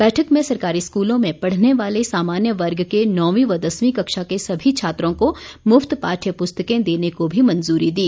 बैठक में सरकारी स्कूलों में पढ़ने वाले सामान्य वर्ग के नौंवी और दसवीं कक्षा के सभी विद्यार्थियों को मुफ्त पाठ्य पुस्तकें देने को भी मंजूरी दी